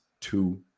two